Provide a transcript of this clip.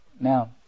Now